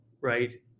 right